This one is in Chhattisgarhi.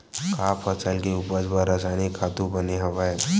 का फसल के उपज बर रासायनिक खातु बने हवय?